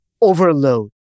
overload